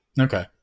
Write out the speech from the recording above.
Okay